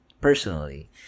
personally